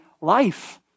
life